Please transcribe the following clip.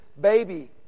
baby